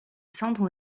cendres